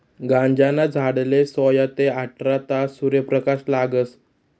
गांजाना झाडले सोया ते आठरा तास सूर्यप्रकाश लागस